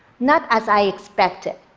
not as i expected.